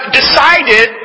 decided